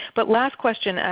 but last question, and